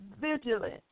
vigilant